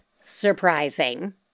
surprising